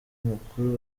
amakuru